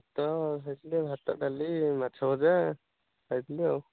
ଭାତ ଖାଇଥିଲେ ଭାତ ଡାଲି ମାଛ ଭଜା ଖାଇଥିଲି ଆଉ